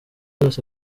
zose